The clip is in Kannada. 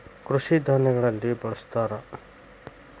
ಕೃಷಿ ಧಾನ್ಯಗಳಲ್ಲಿ ಬಳ್ಸತಾರ